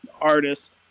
artist